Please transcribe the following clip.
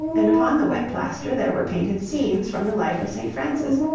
and upon the wet plaster there were painted scenes from the life of st. francis,